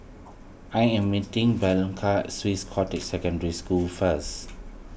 I am meeting Blanca Swiss Cottage Secondary School first